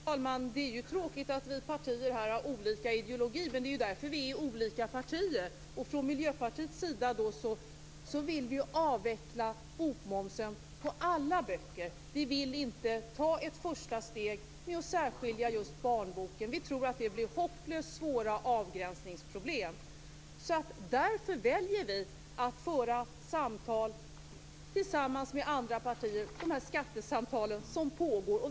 Herr talman! Det är tråkigt att vi partier har olika ideologi, men det är ju därför vi är olika partier. Vi i Vi vill inte ta ett första steg med att särskilja just barnböckerna. Vi tror att det blir hopplöst svåra avgränsningsproblem. Därför väljer vi att föra samtal tillsammans med andra partier i de skattesamtal som pågår.